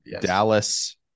Dallas